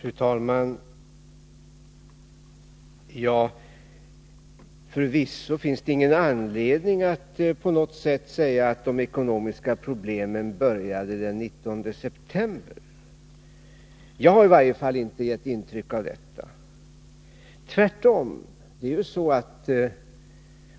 utomlands på den Fru talman! Förvisso finns det ingen anledning att säga att de ekonomiska svenska devalveproblemen började den 19 september. Jag har i varje fall inte givit uttryck för ringen någon sådan uppfattning.